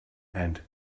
and